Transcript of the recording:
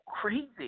crazy